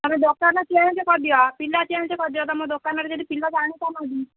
ତୁମେ ଦୋକାନ ଚେଞ୍ଜ୍ କରି ଦିଅ ପିଲା ଚେଞ୍ଜ କରି ଦିଅ ତୁମ ଦୋକାନରେ ଯଦି ପିଲା ଜାଣି ପାରୁ ନାହାନ୍ତି